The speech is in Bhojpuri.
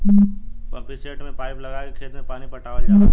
पम्पिंसेट में पाईप लगा के खेत में पानी पटावल जाला